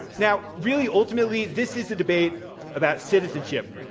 now, really ultimately this is a debate about citizenship.